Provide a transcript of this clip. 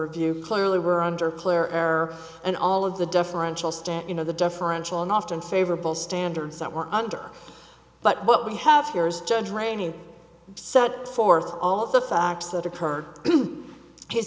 overview clearly were under clear air and all of the differential stat you know the differential and often favorable standards that were under but what we have here is judge training set forth all the facts that occurred